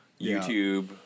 YouTube